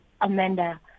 Amanda